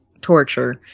torture